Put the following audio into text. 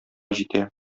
җитә